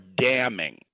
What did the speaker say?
damning